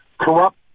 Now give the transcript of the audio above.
corrupt